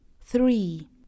Three